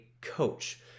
coach